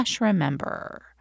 remember